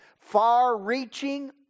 far-reaching